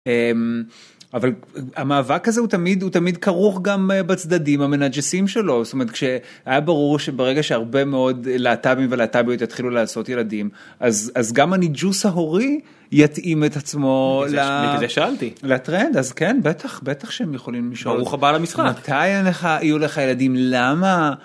אבל המאבק הזה הוא תמיד הוא תמיד כרוך גם בצדדים המנג'סים שלו זאת אומרת שהיה ברור שברגע שהרבה מאוד להטבים ולהטביות יתחילו לעשות ילדים, אז אז גם הניג'וס ההורי יתאים את עצמו לטרנד, אז כן בטח בטח שהם יכולים לשאול, ברוך הבא למשחק, מתי אין לך, יהיו לך ילדים, למה...